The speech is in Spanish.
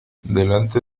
delante